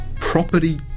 Property